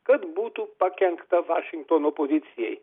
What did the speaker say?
kad būtų pakenkta vašingtono pozicijai